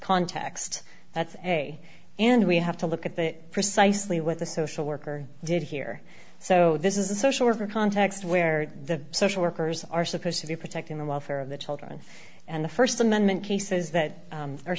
context that's a and we have to look at that precisely what the social worker did here so this is a social worker context where the social workers are supposed to be protecting the welfare of the children and the st amendment cases that